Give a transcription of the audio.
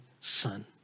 son